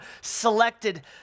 selected